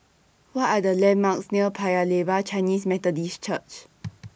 What Are The landmarks near Paya Lebar Chinese Methodist Church